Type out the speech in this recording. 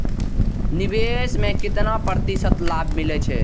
निवेश में केतना प्रतिशत लाभ मिले छै?